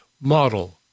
model